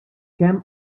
kemm